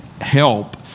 help